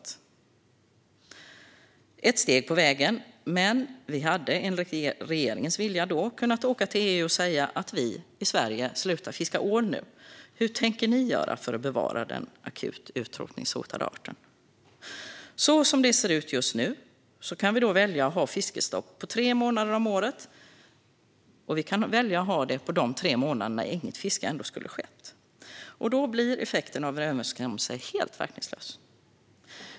Det är ett steg på vägen men vi hade, enligt regeringens vilja då, kunnat åka till EU och säga att vi i Sverige nu slutar att fiska ål och samtidigt fråga hur ni tänker göra för att bevara denna akut utrotningshotade art. Så som det ser ut just nu kan vi välja att ha fiskestopp under tre månader av året. Vi kan välja att ha det under de tre månader när inget fiske ändå skulle ha skett. Då blir effekten av en överenskommelse helt verkningslös.